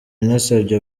nasabye